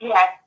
Yes